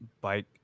bike